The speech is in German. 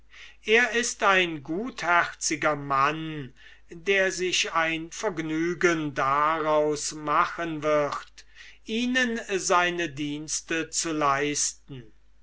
es ist ein gutherziger mann der sich ein vergnügen daraus machen wird ihnen seine dienste zu leisten